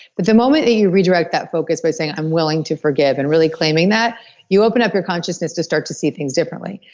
but the moment that you redirect that focus by saying i'm willing to forgive, and really claiming that you open up your consciousness to start to see things differently.